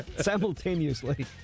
simultaneously